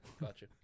Gotcha